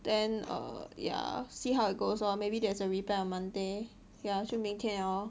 then err yeah see how it goes lor maybe there's a reply on monday ya 就明天 lor